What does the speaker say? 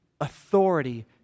authority